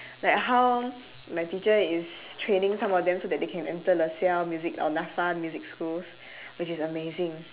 like how my teacher is training some of them so that they can enter lasalle music or NAFA music schools which is amazing